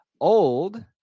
old